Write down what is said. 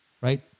right